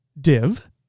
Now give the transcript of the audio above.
Div